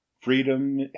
Freedom